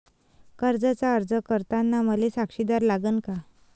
कर्जाचा अर्ज करताना मले साक्षीदार लागन का?